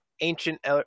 ancient